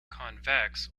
convex